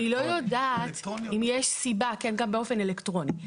אני לא יודעת אם יש סיבה, כן, גם באופן אלקטרוני.